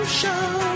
show